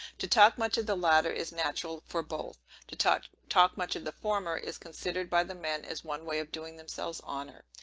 to talk much of the latter is natural for both to talk talk much of the former, is considered by the men as one way of doing themselves honor.